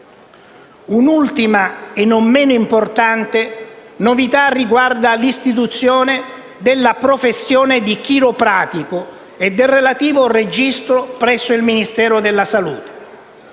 Un'ultima e non meno importante novità riguarda l'istituzione della professione di chiropratico e del relativo registro presso il Ministero della salute.